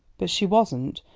but she wasn't,